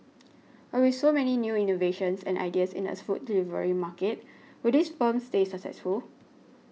but with so many new innovations and ideas in these food delivery market will these firms stay successful